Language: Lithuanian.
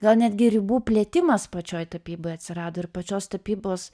gal netgi ribų plėtimas pačioj tapyboj atsirado ir pačios tapybos